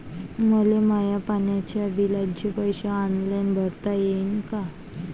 मले माया पाण्याच्या बिलाचे पैसे ऑनलाईन भरता येईन का?